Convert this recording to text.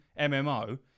mmo